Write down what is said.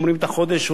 רוב האוכלוסייה?